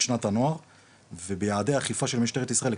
את שנת הנוער ובייעדי אכיפה של משטרת ישראל,